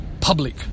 public